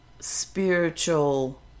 spiritual